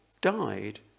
died